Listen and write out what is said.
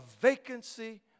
vacancy